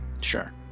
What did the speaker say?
Sure